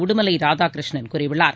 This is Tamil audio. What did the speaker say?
உடுமலை ராதாகிருஷ்ணன் கூறியுள்ளார்